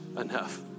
enough